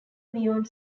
beyond